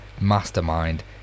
mastermind